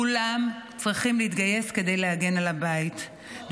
כולם צריכים להתגייס כדי להגן על הבית.